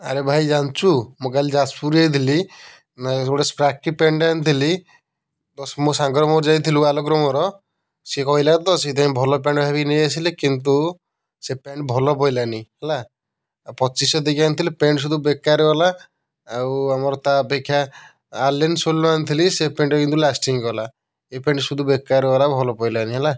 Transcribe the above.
ଆରେ ଭାଇ ଜାଣିଛୁ ମୁଁ କାଲି ଯାଜପୁର ଯାଇଥିଲି ଗୋଟେ ସ୍ପାରକି ପ୍ୟାଣ୍ଟ୍ଟି ଆଣିଥିଲି ମୋ ସାଙ୍ଗର ମୋର ଯାଇଥିଲୁ ଆଲୋକର ମୋର ସେ କହିଲା ତ ସେଥିପାଇଁ ଭଲ ପ୍ୟାଣ୍ଟ୍ ଭାବିକି ନେଇ ଆସିଲି କିନ୍ତୁ ସେ ପ୍ୟାଣ୍ଟ୍ ଭଲ ପଡ଼ିଲାନି ହେଲା ପଚିଶଶହ ଦେଇକି ଆଣିଥିଲି ପ୍ୟାଣ୍ଟ୍ ଶୁଦ୍ଧ ବେକାର ଗଲା ଆଉ ଆମର ତା ଅପେକ୍ଷା ଆଲିଂସୋଲିର ଆଣିଥିଲି ସେ ପ୍ୟାଣ୍ଟ୍ କିନ୍ତୁ ଲାଷ୍ଟିଙ୍ଗ୍ କଲା ଏ ପ୍ୟାଣ୍ଟ୍ ଶୁଦ୍ଧ ବେକାର ଗଲା ଭଲ ପଡ଼ିଲାନି ହେଲା